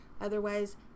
Otherwise